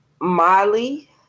Molly